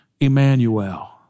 Emmanuel